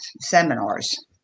seminars